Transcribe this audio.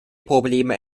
probleme